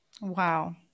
wow